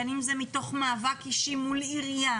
בין אם זה מתוך מאבק אישי מול עירייה